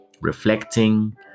reflecting